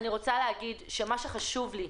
אני רוצה לומר שמה שחשוב לי,